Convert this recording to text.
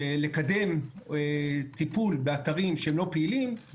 לקדם טיפול באתרים שהם לא פעילים.